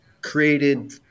created